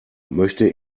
möchte